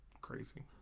Crazy